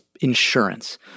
insurance